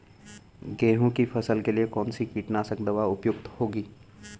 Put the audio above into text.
गेहूँ की फसल के लिए कौन सी कीटनाशक दवा उपयुक्त होगी?